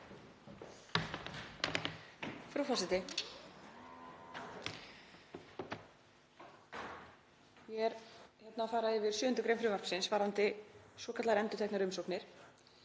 Frú forseti. Ég er að fara yfir 7. gr. frumvarpsins varðandi svokallaðar endurteknar umsóknir,